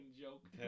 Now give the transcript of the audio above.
joke